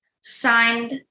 signed